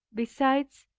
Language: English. besides,